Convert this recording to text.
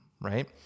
right